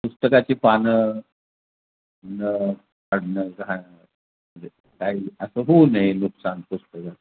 पुस्तकाची पानं न फाडणं घाण काही असं होऊ नये नुकसान पुस्तकं